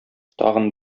тагын